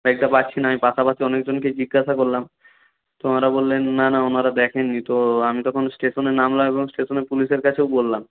ব্যাগটা পাচ্ছি না আমি পাশাপাশি অনেকজনকেই জিজ্ঞাসা করলাম তো ওনারা বললেন না না ওনারা দেখেন নি তো আমি তখন স্টেশনে নামলাম এবং স্টেশনে পুলিশের কাছেও বললাম